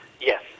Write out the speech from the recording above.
Yes